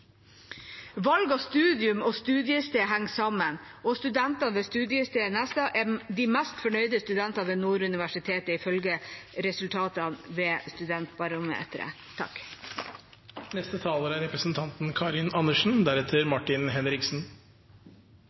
Valg av studium og studiested henger sammen, og studenter ved studiestedet Nesna er de mest fornøyde studentene ved Nord universitet ifølge resultatene